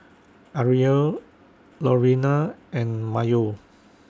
Ariel Lorena and Mayo